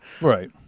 Right